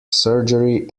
surgery